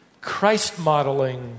Christ-modeling